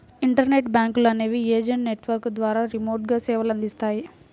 internet బ్యాంకులు అనేవి agent network ద్వారా రిమోట్గా సేవలనందిస్తాయి